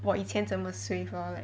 我以前怎么 swave lor like